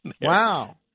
Wow